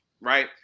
right